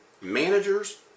Managers